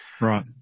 Right